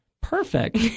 perfect